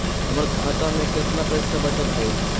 हमर खाता में केतना पैसा बचल हई?